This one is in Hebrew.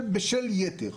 'בשל יתר'.